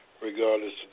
regardless